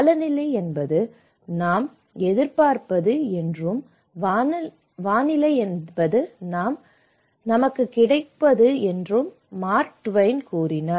காலநிலை என்பது நாம் எதிர்பார்ப்பது என்றும் வானிலை தான் நமக்குக் கிடைக்கும் என்றும் மார்க் ட்வைன் கூறினார்